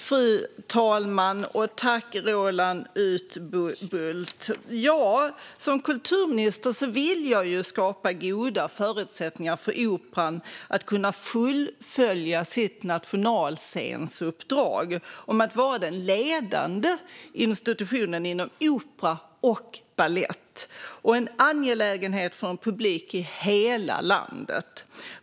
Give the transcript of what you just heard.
Fru talman! Tack, Roland Utbult, för frågan! Som kulturminister vill jag skapa goda förutsättningar för Operan att fullfölja sitt nationalscensuppdrag att vara den ledande institutionen inom opera och balett och en angelägenhet för en publik i hela landet.